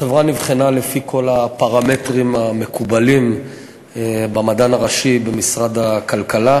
החברה נבחנה לפי כל הפרמטרים המקובלים במדען הראשי במשרד הכלכלה,